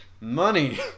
Money